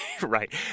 Right